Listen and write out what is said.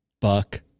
buck